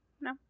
No